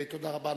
תודה רבה.